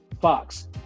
Fox